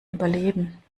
überleben